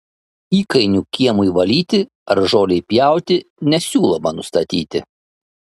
įkainių kiemui valyti ar žolei pjauti nesiūloma nustatyti